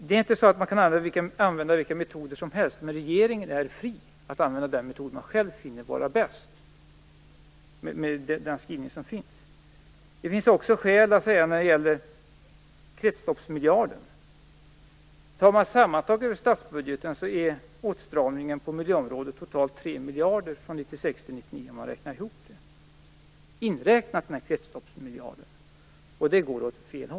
Man kan inte använda vilka metoder som helst, men i och med den skrivning som finns är regeringen fri att använda den metod som den finner vara bäst. När det gäller kretsloppsmiljarden finns det också skäl att säga att sammantaget i statsbudgeten omfattar åtstramningen på miljöområdet totalt 3 miljarder från 1996 till 1999 - kretsloppsmiljarden inräknad. Detta går åt fel håll.